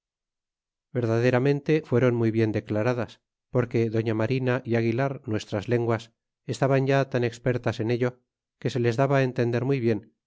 verdaderamente fueron muy bien declaradas porque doña marina y aguilar nuestras lenguas estaban ya tan expertas en ello que se les daba entender muy bien